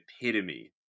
epitome